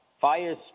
fire